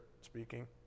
speaking